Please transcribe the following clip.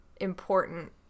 important